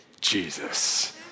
Jesus